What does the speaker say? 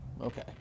Okay